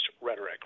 rhetoric